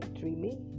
dreaming